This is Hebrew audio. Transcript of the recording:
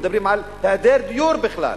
מדברים על היעדר דיור בכלל.